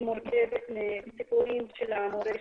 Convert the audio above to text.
היא מורכבת מסיפורים של המורשת,